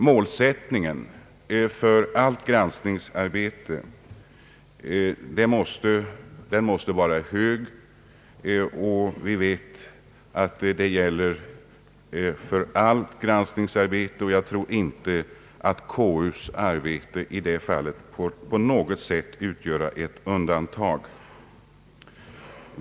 Målsättningen för allt granskningsarbete måste vara hög, och jag tror inte att konstitutionsutskottets arbete i det avseendet får på något sätt utgöra ett undantag.